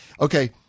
Okay